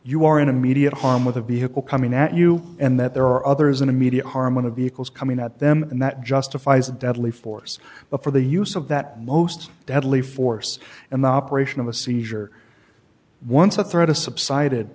you are in immediate harm with a vehicle coming at you and that there are others in immediate harm on a vehicle coming at them and that justifies a deadly force but for the use of that most deadly force in the operation of a seizure once a threat a subsided